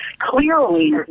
clearly